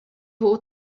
hall